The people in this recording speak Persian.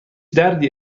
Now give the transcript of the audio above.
دردی